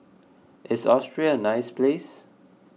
is Austria a nice place